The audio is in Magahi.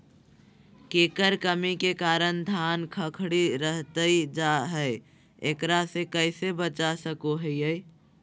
केकर कमी के कारण धान खखड़ी रहतई जा है, एकरा से कैसे बचा सको हियय?